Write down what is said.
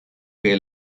che